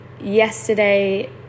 yesterday